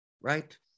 right